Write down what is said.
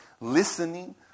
listening